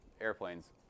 airplanes